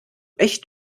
echt